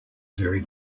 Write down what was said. very